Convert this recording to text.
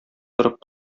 торып